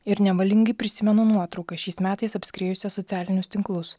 ir nevalingai prisimenu nuotrauką šiais metais apskriejusią socialinius tinklus